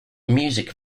music